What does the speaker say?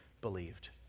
believed